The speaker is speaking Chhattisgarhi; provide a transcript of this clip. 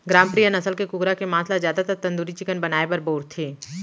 ग्रामप्रिया नसल के कुकरा के मांस ल जादातर तंदूरी चिकन बनाए बर बउरथे